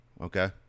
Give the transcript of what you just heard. okay